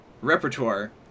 repertoire